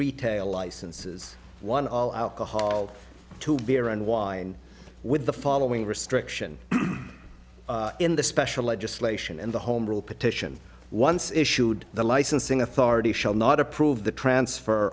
retail licenses one all out the hall to beer and wine with the following restriction in the special legislation and the home rule petition once issued the licensing authority shall not approve the transfer